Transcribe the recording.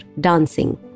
dancing